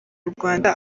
rwanda